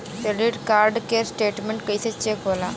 Credit card के statement कइसे check होला?